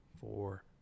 four